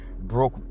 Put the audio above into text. broke